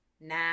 nah